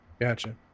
Gotcha